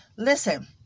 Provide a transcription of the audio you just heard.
Listen